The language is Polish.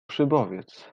szybowiec